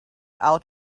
out